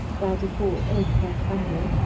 theretofore open and friendly,